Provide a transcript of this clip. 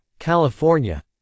California